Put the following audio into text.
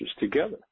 together